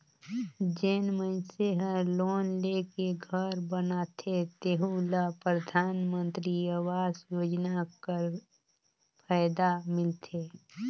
जेन मइनसे हर लोन लेके घर बनाथे तेहु ल परधानमंतरी आवास योजना कर फएदा मिलथे